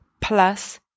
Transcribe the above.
plus